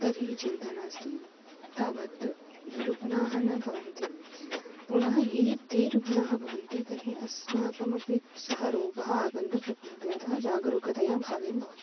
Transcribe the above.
तर्हि चिन्ता नास्ति तावत् रुग्णाः न भवन्ति पुनः यदि ते रुग्णाः भवन्ति तर्हि अस्माकमपि सः रोगः आगन्तुं शक्नोति अतः जागरूकतया भाव्यं भवति